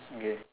okay